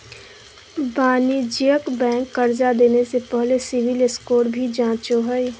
वाणिज्यिक बैंक कर्जा देने से पहले सिविल स्कोर भी जांचो हइ